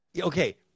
Okay